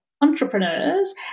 entrepreneurs